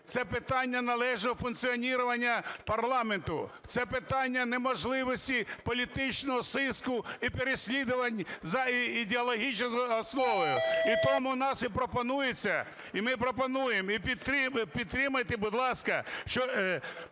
це питання належного функціонування парламенту, це питання неможливості політичного сыска і переслідувань за ідеологічною основою. І тому у нас і пропонується, і ми пропонуємо, і підтримайте, будь ласка, що